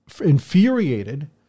infuriated